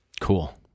Cool